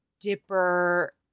Dipper